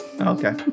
Okay